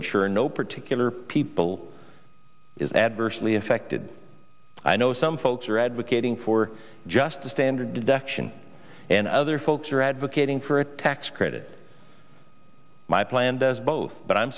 ensure no particular people is adversely affected i know some folks are advocating for just the standard deduction and other folks are advocating for a tax credit my plan does both but i'm